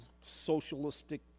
socialistic